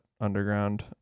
underground